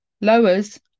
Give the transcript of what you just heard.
Lowers